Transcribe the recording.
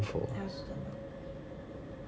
I also don't know